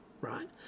right